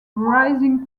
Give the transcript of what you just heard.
rising